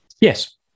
Yes